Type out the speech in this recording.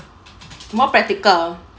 more practical